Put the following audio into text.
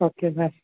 okay